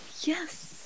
Yes